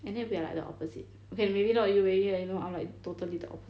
and then we are like the opposite okay maybe not you really like you know I'm like totally the opposite